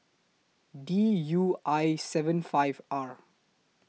D U I seven five R